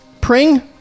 Pring